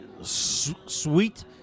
Sweet